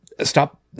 stop